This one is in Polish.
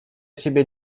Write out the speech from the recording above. siebie